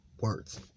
words